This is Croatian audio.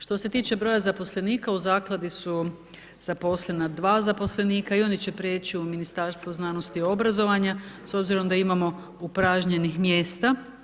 Što se tiče broja zaposlenika, u zakladi su zaposlena dva zaposlenika i oni će prijeći u Ministarstvo znanosti i obrazovanja s obzirom da imamo upražnjenih mjesta.